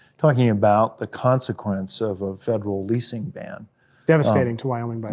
talking about the consequence of a federal leasing ban devastating to wyoming, but